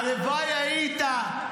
הלוואי שהיית,